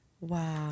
Wow